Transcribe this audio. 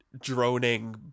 droning